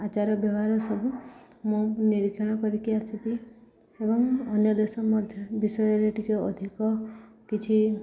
ଆଚାର ବ୍ୟବହାର ସବୁ ମୁଁ ନିରୀକ୍ଷଣ କରିକି ଆସିବି ଏବଂ ଅନ୍ୟ ଦେଶ ମଧ୍ୟ ବିଷୟରେ ଟିକେ ଅଧିକ କିଛି